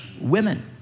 women